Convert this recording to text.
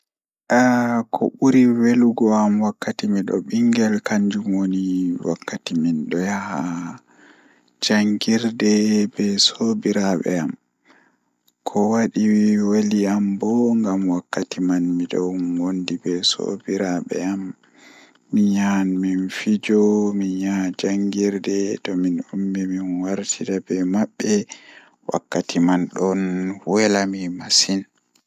Ah ko buri welugo am wakkati mi bingel kanjum woni wakkati mi yahata jangirde be sobiraabe am, Ko wadi weli am bo ngam wakkati man midon wondi be sobiraabe am min yahan mi fijo min yaha jangirde tomin ummi min wartida be mabbe wakkati man don wela mi masin.